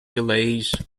delays